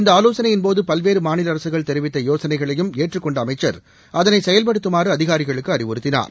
இந்த ஆலோசனையின்போது பல்வேறு மாநில அரசுகள் தெரிவித்த யோசனைகளையும் ஏற்றுக் கொண்ட அமைச்சர் அதனை செயல்படுத்தமாறு அதிகாரிகளுக்கு அறிவுறுத்தினார்